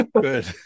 Good